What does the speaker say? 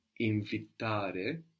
invitare